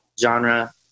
genre